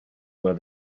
were